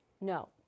No